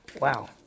Wow